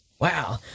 Wow